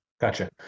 Gotcha